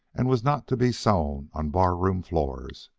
and was not to be sown on bar-room floors,